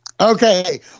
Okay